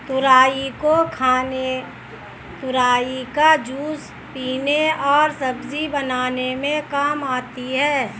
तुरई को खाने तुरई का जूस पीने और सब्जी बनाने में काम आती है